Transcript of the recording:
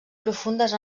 profundes